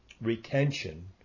retention